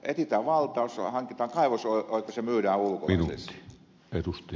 etsitään valtaus hankitaan kaivosoikeus ja myydään ulkolaisille se